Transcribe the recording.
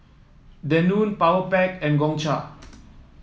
Danone Powerpac and Gongcha